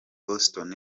boston